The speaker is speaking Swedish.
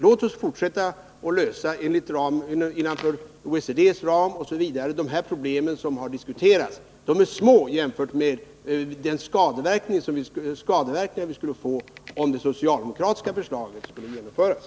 Låt oss fortsätta att inom OECD:s ram lösa de problem som har diskuterats här. De är små jämfört med de skadeverkningar vi skulle få om det socialdemokratiska förslaget skulle genomföras.